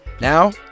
Now